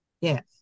Yes